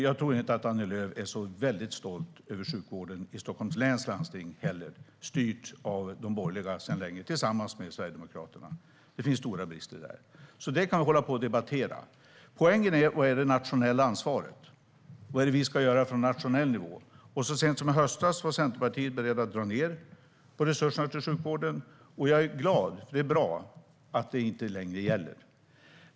Jag tror inte att Annie Lööf är väldigt stolt över sjukvården i Stockholms läns landsting, som sedan länge är styrd av de borgerliga tillsammans med Sverigedemokraterna. Det finns stora brister där. Detta kan vi hålla på och debattera. Poängen är: Vad är det nationella ansvaret? Vad är det vi ska göra på nationell nivå? Så sent som i höstas var Centerpartiet berett att dra ned på resurserna till sjukvården. Jag är glad över att det inte längre gäller - det är bra.